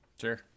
Sure